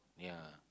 yeah